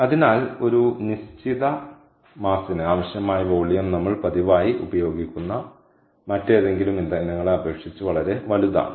അതിനാൽ ഒരു നിശ്ചിത പിണ്ഡത്തിന് ആവശ്യമായ വോളിയം നമ്മൾ പതിവായി ഉപയോഗിക്കുന്ന മറ്റേതെങ്കിലും ഇന്ധനങ്ങളെ അപേക്ഷിച്ച് വളരെ വലുതാണ്